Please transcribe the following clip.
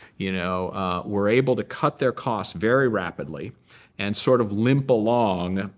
you know were able to cut their costs very rapidly and sort of limp along,